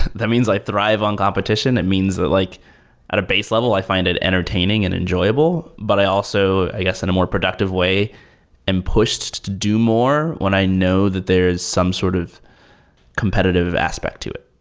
that means i thrive on competition. that means that like at a base level i find it entertaining and enjoyable, but i also, i guess in a more productive way i'm pushed do more when i know that there is some sort of competitive aspect to it.